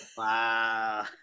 Wow